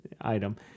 item